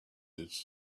its